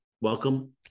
Welcome